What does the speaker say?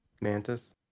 Mantis